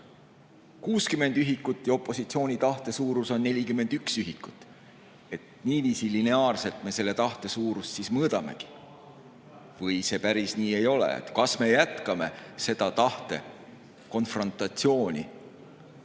60 ühikut ja opositsiooni tahte suurus on 41 ühikut. Niiviisi lineaarselt me selle tahte suurust siis mõõdamegi? Või see päris nii ei ole? Kas me jätkame seda tahete konfrontatsiooni